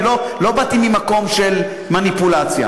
אני לא באתי ממקום של מניפולציה.